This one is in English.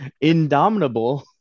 indomitable